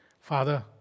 Father